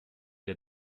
der